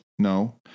No